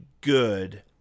good